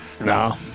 no